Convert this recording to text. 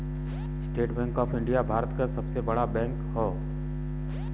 estate Bank of India Bharat क सबसे बड़ा बैंक हौ